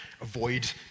avoid